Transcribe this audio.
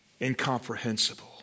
incomprehensible